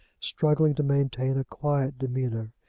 struggling to maintain a quiet demeanour.